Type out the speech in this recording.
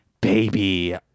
Baby